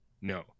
No